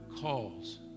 calls